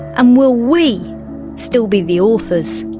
and will we still be the authors?